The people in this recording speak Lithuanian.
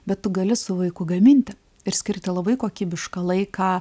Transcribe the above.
bet tu gali su vaiku gaminti ir skirti labai kokybišką laiką